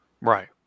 Right